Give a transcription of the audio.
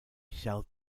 shout